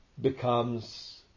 becomes